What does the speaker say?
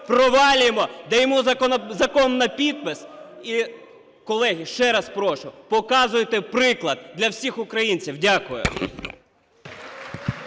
провалюємо, даємо закон на підпис. І, колеги, ще раз прошу, показуйте приклад для всіх українців. Дякую.